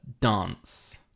dance